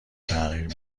تغییر